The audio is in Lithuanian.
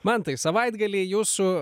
mantai savaitgalį jūsų